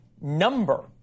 number